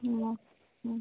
ആണോ